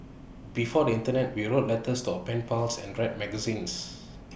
before the Internet we wrote letters to our pen pals and read magazines